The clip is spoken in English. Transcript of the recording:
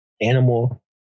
Animal